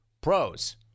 Pros